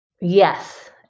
Yes